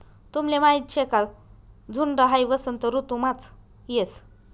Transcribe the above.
तुमले माहीत शे का झुंड हाई वसंत ऋतुमाच येस